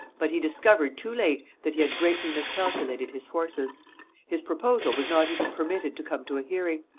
but he discovered too late that he had greatly miscalculated his forces his proposal was not even permitted to come to a hearing.